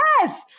Yes